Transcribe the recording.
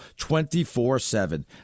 24-7